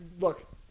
look